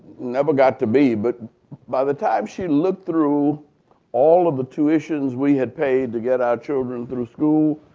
never got to be. but by the time she looked through all of the tuitions we had paid to get our children through school,